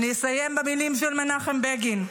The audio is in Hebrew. אני אסיים במילים של מנחם בגין: